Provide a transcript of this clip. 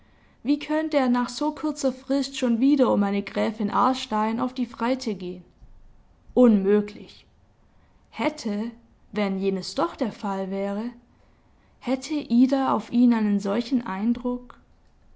wie könnte er nach so kurzer frist schon wieder um eine gräfin aarstein auf die freite gehen unmöglich hätte wenn jenes doch der fall wäre hätte ida auf ihn einen solchen eindruck ja